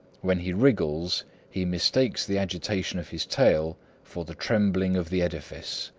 when he wriggles he mistakes the agitation of his tail for the trembling of the edifice.